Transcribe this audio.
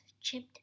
chipped